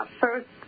First